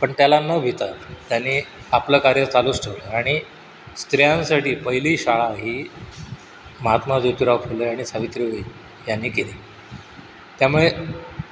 पण त्याला न भिता त्यांनी आपलं कार्य चालूच ठेवलं आणि स्त्रियांसाठी पहिली शाळा ही महात्मा जोतीराव फुले आणि सावित्रीबाई यांनी केली त्यामुळे